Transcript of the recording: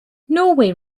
norway